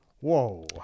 Whoa